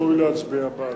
ראוי להצביע בעד.